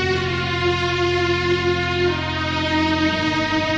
yea